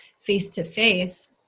face-to-face